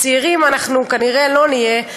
צעירים אנחנו כנראה לא נהיה,